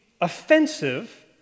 offensive